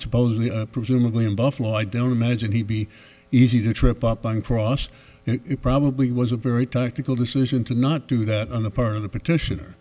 supposedly presumably in buffalo i don't imagine he'd be easy to trip up on cross it probably was a very tactical decision to not do that on the part of the petition